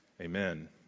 amen